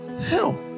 Hell